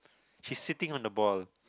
she's sitting on the ball